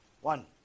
One